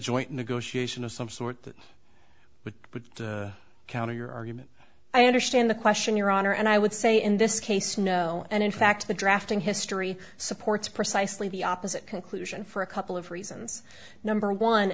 joint negotiation of some sort that would counter your argument i understand the question your honor and i would say in this case no and in fact the drafting history supports precisely the opposite conclusion for a couple of reasons number one